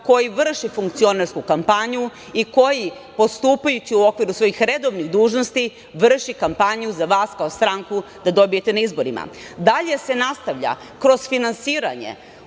koji vrši funkcionersku kampanju i koji, postupajući u okviru svojih redovnih dužnosti, vrši kampanju za vas kao stranku da dobijete na izborima. Dalje se nastavlja kroz finansiranje.